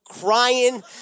crying